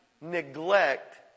neglect